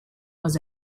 was